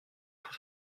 pour